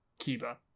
Kiba